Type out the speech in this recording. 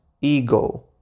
ego